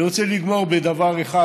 אני רוצה לגמור בדבר אחד,